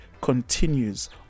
continues